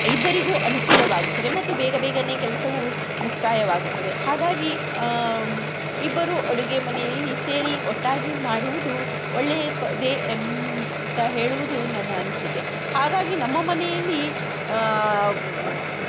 ಇಬ್ಬರಿಗೂ ಅನುಕೂಲವಾಗುತ್ತದೆ ಮತ್ತು ಬೇಗ ಬೇಗನೆ ಕೆಲಸವೂ ಮುಕ್ತಾಯವಾಗುತ್ತದೆ ಹಾಗಾಗಿ ಇಬ್ಬರೂ ಅಡುಗೆ ಮನೆಯಲ್ಲಿ ಸೇರಿ ಒಟ್ಟಾಗಿ ಮಾಡುವುದು ಒಳ್ಳೆಯ ಪದೆ ಅಂತ ಹೇಳುವುದು ನನ್ನ ಅನಿಸಿಕೆ ಹಾಗಾಗಿ ನಮ್ಮ ಮನೆಯಲ್ಲಿ